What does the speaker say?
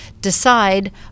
decide